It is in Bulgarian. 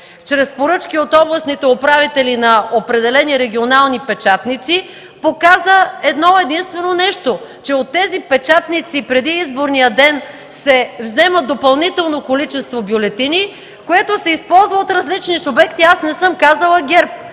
чрез поръчки от областните управители на определени регионални печатници показа едно-единствено нещо – че от тези печатници преди изборния ден се взема допълнително количество бюлетини, което се използва от различни субекти – аз не съм казала ГЕРБ